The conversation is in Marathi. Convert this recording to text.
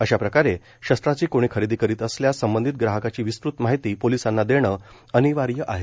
अशा प्रकारे शस्त्रांची कोणी खरेदी करीत असल्यास संबंधित ग्राहकाची विस्तृत माहिती पोलिसांना देणे अनिवार्य आहे